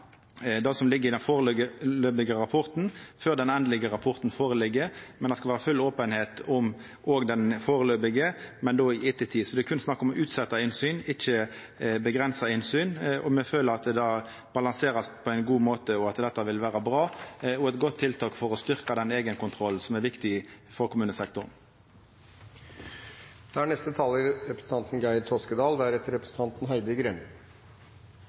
det som ligg i den førebelse rapporten, før den endelege rapporten føreligg. Det skal vera full openheit om òg den førebelse, men då i ettertid. Så det er berre snakk om å utsetja innsyn, ikkje avgrensa innsyn, og me føler at det blir balansert på ein god måte, og at dette vil vera bra og eit godt tiltak for å styrkja den eigenkontrollen som er viktig for kommunesektoren.